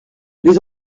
les